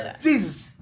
Jesus